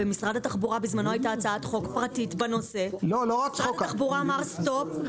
הייתה בזמנו הצעת חוק פרטית בנושא ומשרד התחבורה אמר "stop,